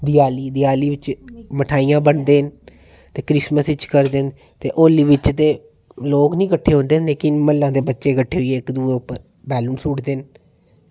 दिवाली देआली बिच्च मठाइयां बंडदे न ते क्रिसमस च करदे न ते होली बिच्च ते लोग निं किट्ठे होंदे न लेकिन म्हल्लें दे बच्चे कट्ठे होइयै इक दूए उप्पर बैलून सुट्टदे न